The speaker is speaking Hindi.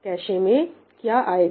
कैशे में क्या आएगा